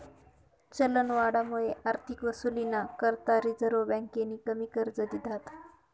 चलनवाढमुये आर्थिक वसुलीना करता रिझर्व्ह बँकेनी कमी कर्ज दिधात